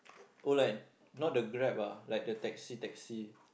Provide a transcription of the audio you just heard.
oh like no the grab ah like the taxi taxi